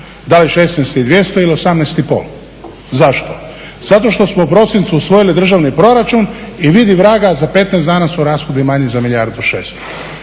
Da li 16 200 ili 18 500? Zašto? Zato što smo u prosincu usvojili državni proračun i vidi vraga za 15 dana su rashodi manji za milijardu i šesto.